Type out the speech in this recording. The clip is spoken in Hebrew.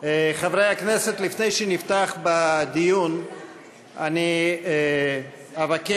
חברי הכנסת, לפני שנפתח בדיון אני אבקש